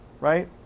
right